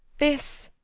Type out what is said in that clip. this?